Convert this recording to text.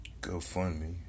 GoFundMe